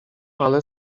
ale